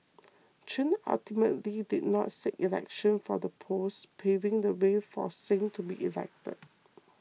Chen ultimately did not seek election for the post paving the way for Singh to be elected